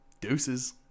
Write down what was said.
Deuces